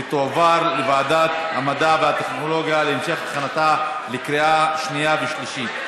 ותועבר לוועדת המדע והטכנולוגיה להמשך הכנתה לקריאה שנייה ושלישית.